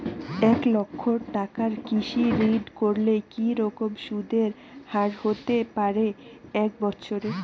এক লক্ষ টাকার কৃষি ঋণ করলে কি রকম সুদের হারহতে পারে এক বৎসরে?